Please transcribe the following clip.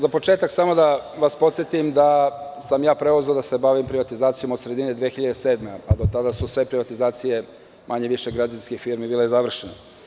Za početak, samo da vas podsetim da sam preuzeo da se bavim privatizacijom od sredine 2007. godine, a do tada su sve privatizacije manje više građevinske firme bile završene.